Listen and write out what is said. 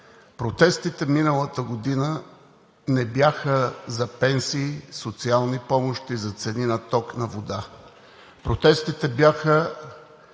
протестите миналата година не бяха за пенсии, социални помощи, за цени на ток, на вода. Протестите бяха